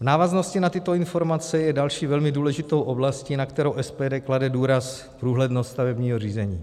V návaznosti na tyto informace je další velmi důležitou oblastí, na kterou SPD klade důraz, průhlednost stavebního řízení.